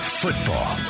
football